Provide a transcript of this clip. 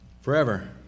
forever